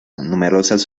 numerosas